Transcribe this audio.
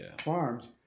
farms